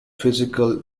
physical